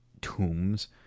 tombs